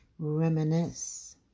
reminisce